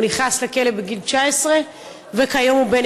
הוא נכנס לכלא בגיל 19 וכיום הוא בן